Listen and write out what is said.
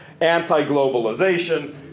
anti-globalization